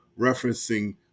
referencing